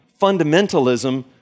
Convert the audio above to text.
fundamentalism